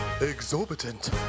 Exorbitant